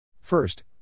First